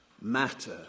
matter